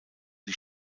die